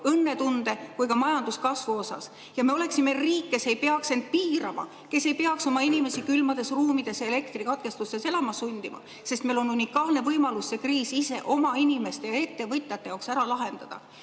õnnetunde kui ka majanduskasvu poolest. Me oleksime riik, kes ei peaks end piirama, kes ei peaks oma inimesi külmades ruumides elektrikatkestustes elama sundima, sest meil on unikaalne võimalus see kriis ise oma inimeste ja ettevõtjate jaoks ära lahendada. Miks